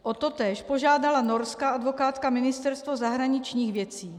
O totéž požádala norská advokátka Ministerstvo zahraničních věcí.